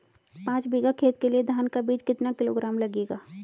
पाँच बीघा खेत के लिये धान का बीज कितना किलोग्राम लगेगा?